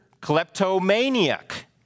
kleptomaniac